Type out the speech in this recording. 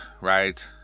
right